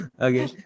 Okay